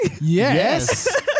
Yes